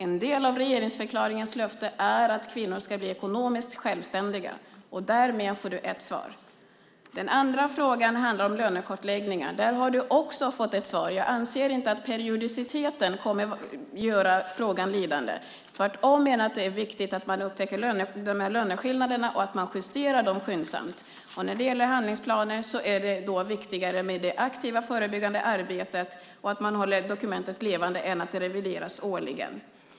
En del av regeringsförklaringens löfte är att kvinnor ska bli ekonomiskt självständiga. Därmed får du ett svar. Den andra frågan handlar om lönekartläggningar. Också där har du fått ett svar. Jag anser inte att periodiciteten kommer att göra frågan lidande. Tvärtom menar jag att det är viktigt att man upptäcker löneskillnaderna och skyndsamt justerar dem. När det gäller handlingsplaner är det viktigare med det aktiva förebyggande arbetet och att man håller dokumentet levande än att det årligen revideras.